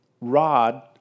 rod